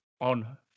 on